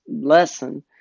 lesson